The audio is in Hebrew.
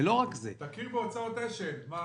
ולא רק זה -- תכיר בהוצאות ---